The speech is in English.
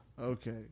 Okay